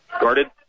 guarded